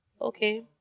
Okay